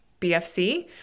BFC